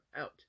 out